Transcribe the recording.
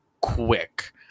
quick